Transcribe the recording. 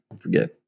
forget